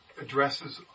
addresses